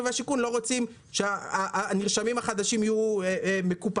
והשיכון לא רוצים שהנרשמים החדשים יהיו מקופחים.